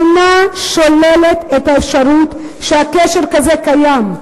אינה שוללת את האפשרות שקשר כזה קיים.